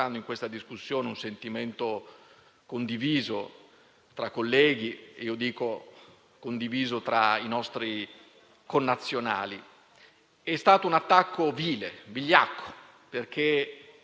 È stato un attacco vile, vigliacco, perché non solo avviene a pochi giorni dai fatti di Nizza, da quella vicenda orribile e inquietante